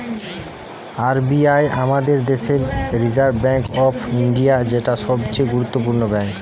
R B I আমাদের দেশের reserve bank of India, যেটা সবচে গুরুত্বপূর্ণ ব্যাঙ্ক